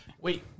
Wait